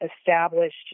established